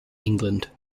england